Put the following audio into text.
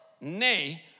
Nay